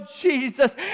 Jesus